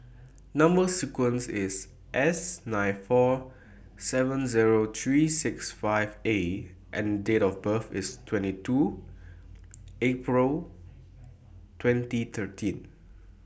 Number sequence IS S nine four seven Zero three six five A and Date of birth IS twenty two April twenty thirteen